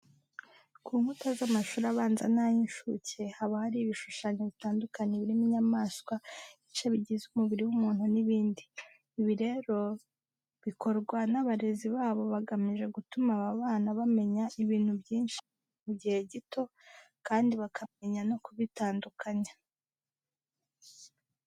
Ku nkuta z'amashuri abanza n'ay'incuke haba hariho ibishushanyo bitandukanye birimo inyamaswa, ibice bigize umubiri w'umuntu n'ibindi. Ibi rero bikorwa n'abarezi babo bagamije gutuma aba bana bamenya ibintu byinshi mu gihe gito kandi bakamenya no kubitandukanya.